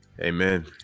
Amen